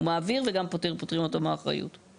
הוא מעביר וגם פוטרים אותו מאחריות.